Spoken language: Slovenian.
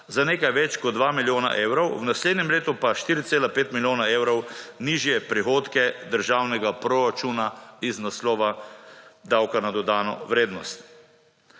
za nekaj več kot 2 milijona evrov, v naslednjem letu pa 4,5 milijona evrov nižje prihodke državnega proračuna iz naslova davka na dodano vrednost.